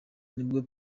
nibwo